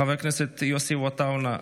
חבר הכנסת יוסף עטאונה,